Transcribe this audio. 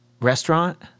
restaurant